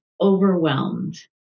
overwhelmed